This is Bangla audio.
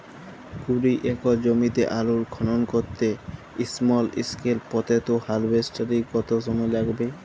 কুড়ি একর জমিতে আলুর খনন করতে স্মল স্কেল পটেটো হারভেস্টারের কত সময় লাগবে?